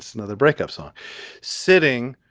since the breakup song sitting